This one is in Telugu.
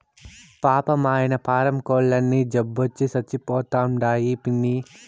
పాపం, ఆయన్న పారం కోల్లన్నీ జబ్బొచ్చి సచ్చిపోతండాయి పిన్నీ